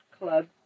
club